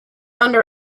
under